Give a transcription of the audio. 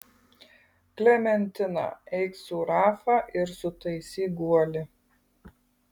klementina eik su rafa ir sutaisyk guolį